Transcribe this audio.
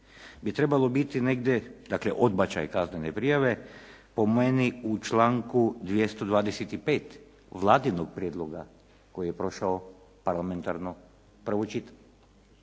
bi trebalo biti negdje, dakle odbačaj kaznene prijave po meni u članku 225. Vladinom prijedloga koji je prošao parlamentarno prvo čitanje,